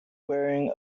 wearing